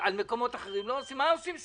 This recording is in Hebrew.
על מקומות אחרים לא עושים.